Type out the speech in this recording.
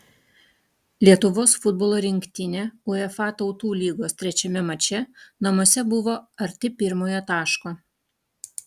lietuvos futbolo rinktinė uefa tautų lygos trečiame mače namuose buvo arti pirmojo taško